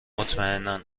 مطمئنا